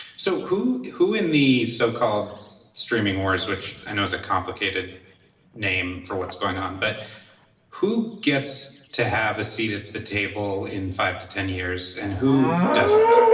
so who who in these so called streaming wars, which i know is a complicated name for what's going on, but who gets to have a seat at the table in five to ten years? and who doesn't?